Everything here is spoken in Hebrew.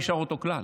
הכלל נשאר אותו כלל.